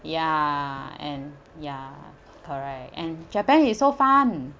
ya and ya correct and japan is so fun